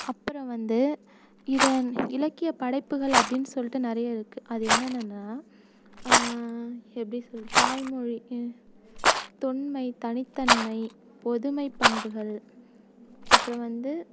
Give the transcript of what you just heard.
அப்புறம் வந்து இதை இலக்கிய படைப்புகள் அப்படினு சொல்லிட்டு நிறைய இருக்குது அது என்னென்னனா எப்படி சொல்கிறது தாய்மொழி தொண்மை தனித்தன்மை பொதுமைபண்புகள் அப்புறோம் வந்து